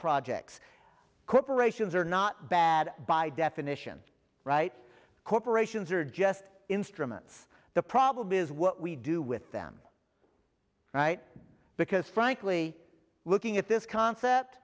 projects corporations are not bad by definition right corporations are just instruments the problem is what we do with them right because frankly looking at this concept